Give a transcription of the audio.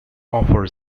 offer